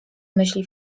myśli